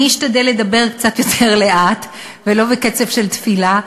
אשתדל לדבר קצת יותר לאט ולא בקצב של תפילה,